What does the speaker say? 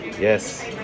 yes